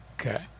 Okay